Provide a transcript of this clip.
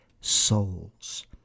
souls